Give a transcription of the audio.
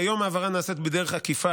כיום ההעברה נעשית בדרך עקיפה,